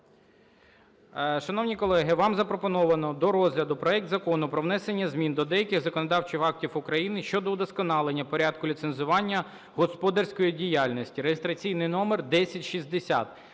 Шановні колеги, вам запропоновано до розгляду проект Закону про внесення змін до деяких законодавчих актів України щодо удосконалення порядку ліцензування господарської діяльності (реєстраційний номер 1060).